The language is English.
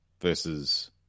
versus